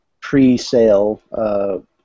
pre-sale